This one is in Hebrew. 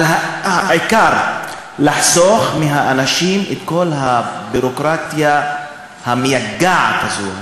אבל העיקר לחסוך מהאנשים את כל הביורוקרטיה המייגעת הזאת,